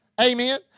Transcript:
Amen